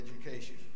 education